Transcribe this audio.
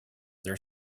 their